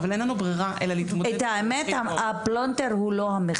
אבל אין לנו ברירה אלא --- הפלונטר הוא לא המכסות,